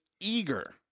eager